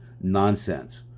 nonsense